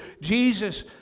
Jesus